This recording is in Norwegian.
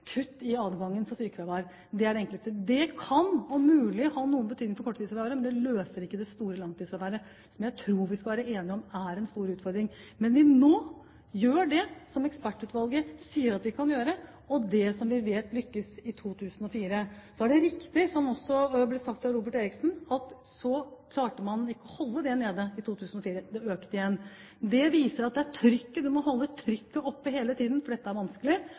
kutt i adgangen til sykefravær – jeg vet at det ikke ligger i representantens program nå, men det er ofte det man hører – er det enkleste. Det kan, om mulig, ha noen betydning for korttidsfraværet, men det løser ikke det store langtidsfraværet, som jeg tror vi skal være enige om er en stor utfordring. Men vi gjør nå det som ekspertutvalget sier at vi kan gjøre, og det som vi vet lyktes i 2004. Så er det også riktig, som det ble sagt av Robert Eriksson, at man klarte ikke å holde det nede i 2004. Det økte igjen. Det viser at vi må holde trykket opp hele tiden,